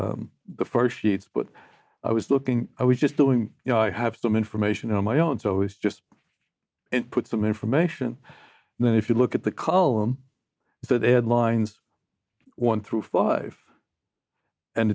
the four sheets but i was looking i was just doing you know i have some information on my own so it's just and put some information and then if you look at the column that add lines one through five and